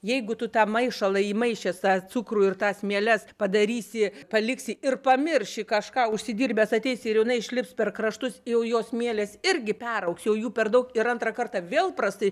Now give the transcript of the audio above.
jeigu tu tą maišalą įmaišęs tą cukrų ir tas mieles padarysi paliksi ir pamirši kažką užsidirbęs ateisi ir jau jinai išlips per kraštus jau jos mielės irgi peraugs jau jų per daug ir antrą kartą vėl prastai